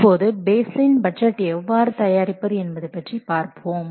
இப்போது baseline budget எவ்வாறு தயாரிப்பது என்பது பற்றி பார்ப்போம்